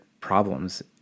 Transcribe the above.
problems